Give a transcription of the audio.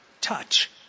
touch